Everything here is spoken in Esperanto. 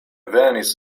venis